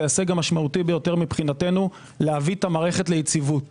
ההישג המשמעותי ביותר מבחינתנו להביא את המערכת ליציבות